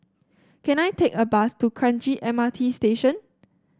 can I take a bus to Kranji M R T Station